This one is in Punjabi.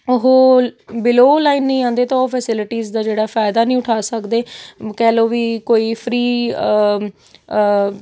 ਉਹ ਬਿਲੋਅ ਲਾਈਨ ਨਹੀਂ ਆਉਂਦੇ ਤਾਂ ਉਹ ਫਸਲਿਟੀਜ਼ ਦਾ ਜਿਹੜਾ ਫਾਈਦਾ ਨਹੀਂ ਉੱਠਾ ਸਕਦੇ ਕਹਿ ਲਉ ਵੀ ਕੋਈ ਫ੍ਰੀ